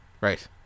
Right